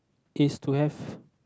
is to have